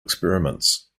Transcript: experiments